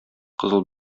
кызыл